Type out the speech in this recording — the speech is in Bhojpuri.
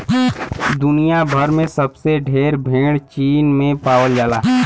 दुनिया भर में सबसे ढेर भेड़ चीन में पावल जाला